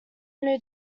new